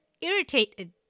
irritated